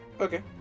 Okay